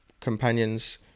companions